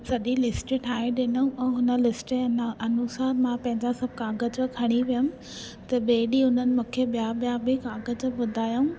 सॼी लिस्ट ठहे ॾिनूं अऊं हुन लिस्ट न अनुसारु मां पंहिंजा सभु काग़ज़ खणी वियमि त ॿिए ॾींहुं हुननि मूंखे ॿिया ॿिया बि काग़ज़ ॿुधायूं